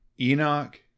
Enoch